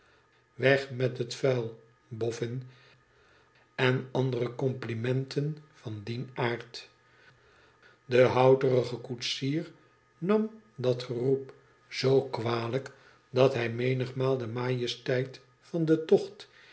weg met het vuil boffin en andere complimenten van dien aard de houterig koetsier nam dat geroep zoo kwalijk dat hij menigmaal de majesteit van den tocht